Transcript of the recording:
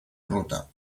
ruta